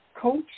coach